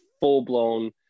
full-blown